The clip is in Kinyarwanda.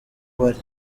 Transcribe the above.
bari